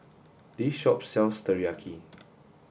this shop sells Teriyaki